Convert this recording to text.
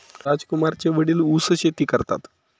राजकुमारचे वडील ऊस शेती करतात